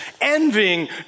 envying